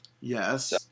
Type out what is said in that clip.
Yes